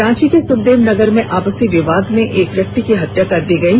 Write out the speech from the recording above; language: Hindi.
रांची के सुखदेव नगर में आपसी विवाद में एक व्यक्ति की हत्या कर दी गयी